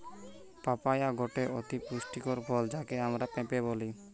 papaya গটে অতি পুষ্টিকর ফল যাকে আমরা পেঁপে বলি